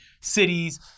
cities